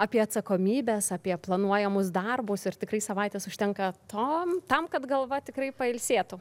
apie atsakomybes apie planuojamus darbus ir tikrai savaitės užtenka to tam kad galva tikrai pailsėtų